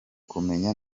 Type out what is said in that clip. kumenya